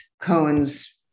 Cohen's